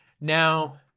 now